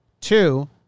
Two